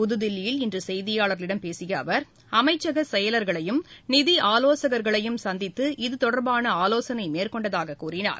புதுதில்லியில் இன்று செய்தியாளர்களிடம் பேசிய அவர் அமைச்சக செயலர்களையும் நிதி ஆலோசன்களையும் சந்திதது இது தொடர்பான ஆலோசனை மேற்கொண்டதாக கூறினார்